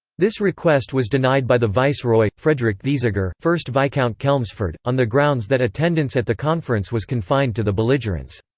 this request was denied by the viceroy, frederic thesiger, first viscount chelmsford, on the grounds that attendance at the conference was confined to the belligerents.